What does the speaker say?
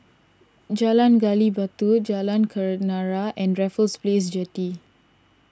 Jalan Gali Batu Jalan Keranarah and Raffles Place Jetty